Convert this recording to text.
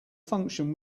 function